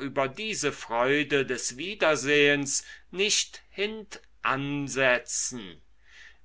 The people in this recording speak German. über diese freude des wiedersehens nicht hintansetzen